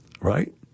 Right